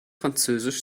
französisch